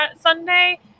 Sunday